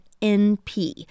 NP